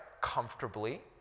comfortably